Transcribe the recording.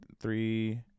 three